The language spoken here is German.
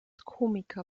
komiker